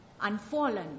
unfallen